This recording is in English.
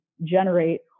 generate